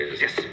Yes